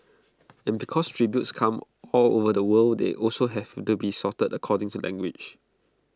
and because tributes come all over the world they also have to be sorted according to language